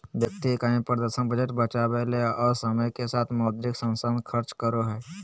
व्यक्ति इकाई प्रदर्शन बजट बचावय ले और समय के साथ मौद्रिक संसाधन खर्च करो हइ